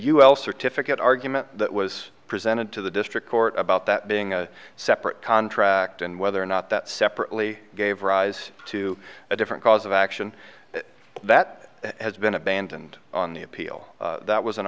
ul certificate argument that was presented to the district court about that being a separate contract and whether or not that separately gave rise to a different cause of action that has been abandoned on the appeal that was an